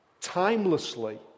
timelessly